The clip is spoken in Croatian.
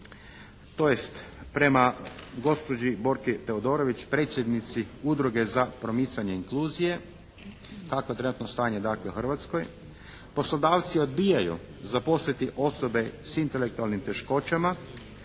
tj. prema gospođi Borki Teodorović predsjednici udruge za promicanje inkluzije kakvo je trenutno stanje dakle u Hrvatskoj poslodavci odbijaju zaposliti osobe s intelektualnim teškoćama